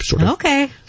Okay